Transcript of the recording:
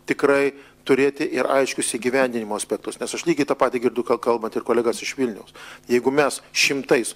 tikrai turėti ir aiškius įgyvendinimo aspektus nes aš lygiai tą patį girdu kalbant ir kolegas iš vilniaus jeigu mes šimtais